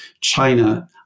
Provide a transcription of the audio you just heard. China